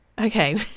okay